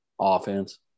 offense